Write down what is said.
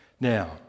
Now